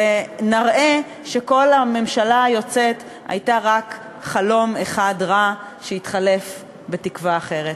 ונראה שכל הממשלה היוצאת הייתה רק חלום אחד רע שהתחלף בתקווה אחרת.